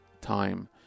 time